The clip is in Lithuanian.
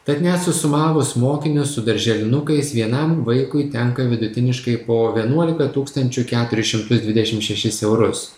tad net susumavus mokinius su darželinukais vienam vaikui tenka vidutiniškai po vienuolika tūkstančių keturis šimtus dvidešim šešis eurus